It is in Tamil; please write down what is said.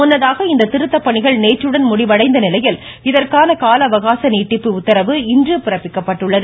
முன்னதாக இந்த திருத்தப்பணிகள் நேற்றுடன் முடிவடைந்த நிலையில் இதற்கான கால அவகாச நீட்டிப்பு உத்தரவு இன்று பிறப்பிக்கப்பட்டுள்ளது